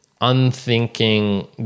unthinking